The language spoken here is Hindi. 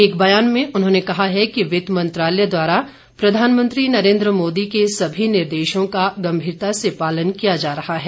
एक बयान में उन्होंने कहा है कि वित्त मंत्रालय द्वारा प्रधानमंत्री नरेन्द्र मोदी के सभी निर्देशों का गम्भीरता से पालन किया जा रहा है